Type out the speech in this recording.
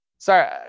Sorry